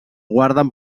guarden